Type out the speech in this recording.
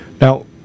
Now